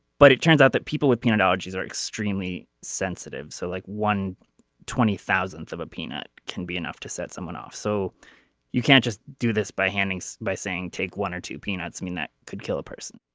but it turns out that people with peanut allergies are extremely sensitive. so like one twenty thousandth of a peanut can be enough to set someone off so you can't just do this by hennings by saying take one or two peanuts. i mean that could kill a person.